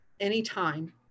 Anytime